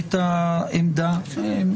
זאת העמדה שלכם